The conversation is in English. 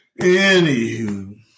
Anywho